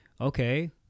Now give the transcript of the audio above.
okay